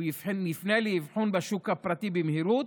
יפנה לאבחון בשוק הפרטי במהירות,